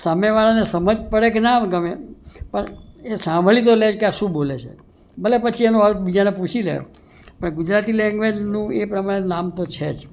સામેવાળાને સમજ પડે કે ના ગમે પણ એ સાંભળી તો લે જ કે આ શું બોલે છે ભલે પછી એનો અર્થ બીજાને પૂછી લે ગુજરાતી લેંગ્વેજનું એ પ્રમાણે નામ તો છે જ